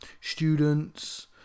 students